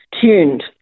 tuned